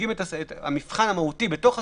המבחן המהותי בתוך הסעיף,